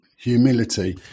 humility